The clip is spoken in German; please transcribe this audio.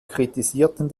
kritisierten